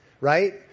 right